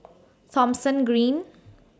Thomson Green